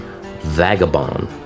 vagabond